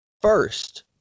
First